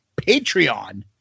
Patreon